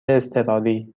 اضطراری